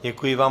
Děkuji vám.